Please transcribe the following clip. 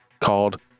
called